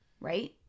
Right